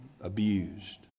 abused